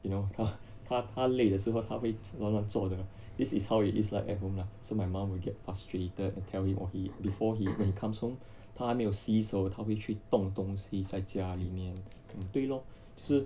you know 他他他累的时候他会乱乱坐的 this is how it is like at home lah so my mum will get frustrated and tell him or he before he when he comes home 他还没有洗手他会去动东西在家里面对咯就是